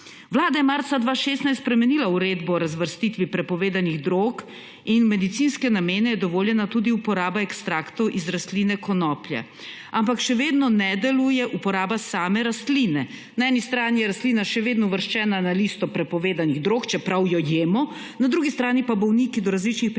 Vlada je marca 2016 spremenila Uredbo o razvrstitvi prepovedanih drog in v medicinske namene je dovoljena tudi uporaba ekstraktov iz rastline konoplje. Ampak še vedno ne deluje uporaba same rastline. Na eni strani je rastlina še vedno uvrščena na listo prepovedanih drog, čeprav jo jemo; na drugi strani pa bolniki do različnih pripravkov in